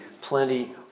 plenty